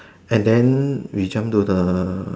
and then we jump to the